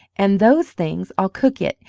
and those things, i'll cook it,